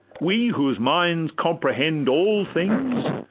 we whose minds comprehend all things?